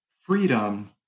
freedom